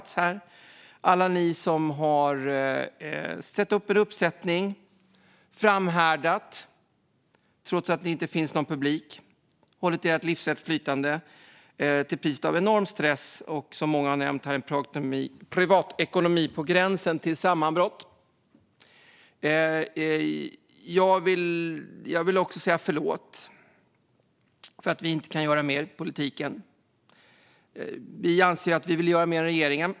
Tack till er - alla ni som har satt upp en föreställning och framhärdat trots att det inte finns någon publik! Ni har hållit ert livsverk flytande till priset av enorm stress och, som många har nämnt här, en privatekonomi på gränsen till sammanbrott. Jag vill också säga förlåt för att vi inte kan göra mer i politiken. Vi anser att vi vill göra mer än regeringen.